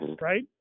Right